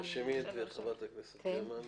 אז תרשמי את חברת הכנסת גרמן.